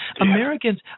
Americans